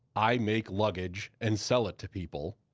i make luggage and sell it to people,